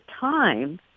time